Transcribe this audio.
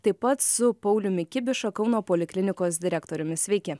taip pat su pauliumi kibiša kauno poliklinikos direktoriumi sveiki